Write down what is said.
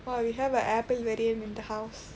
!wah! you have an apple வெறியன்:veriyan in the house